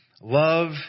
Love